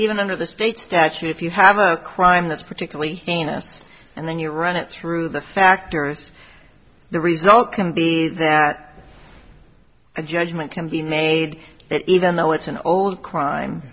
even under the state's statute if you have a crime that's particularly heinous and then you run it through the factors the result can be that a judgment can be made that even though it's an old crime